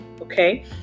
Okay